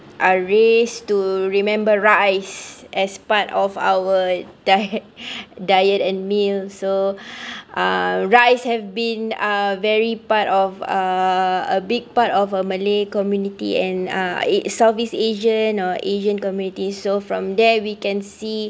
our race to remember rice as part of our diet diet and meal so uh rice have been a very part of uh a big part of a malay community and uh it southeast asian or asian community so from there we can see